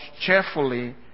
cheerfully